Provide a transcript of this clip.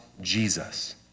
Jesus